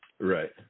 Right